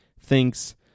thinks